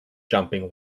jumping